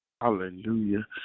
Hallelujah